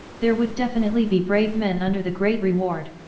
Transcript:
there would definitely be brave men under the great reward.